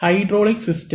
hydraulic system